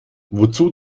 wozu